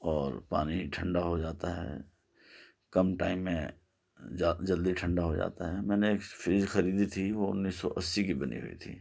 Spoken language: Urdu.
اور پانی ٹھنڈا ہو جاتا ہے کم ٹائم میں جا جلدی ٹھنڈا ہو جاتا ہے میں نے ایک فریج خریدی تھی وہ انیس سو اسی کی بنی ہوئی تھی